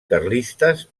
carlistes